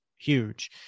huge